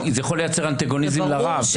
זה יכול לייצר אנטגוניזם לרב.